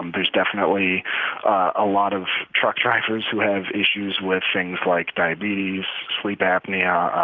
um there's definitely a lot of truck drivers who have issues with things like diabetes, sleep apnea,